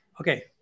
okay